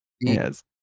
Yes